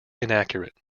inaccurate